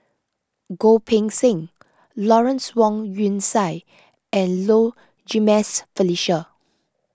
Goh Poh Seng Lawrence Wong Shyun Tsai and Low Jimenez Felicia